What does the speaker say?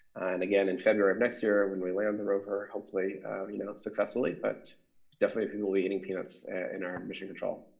and again in february of next year when we land the rover, hopefully you know successfully. but definitely people will be eating peanuts in our mission control.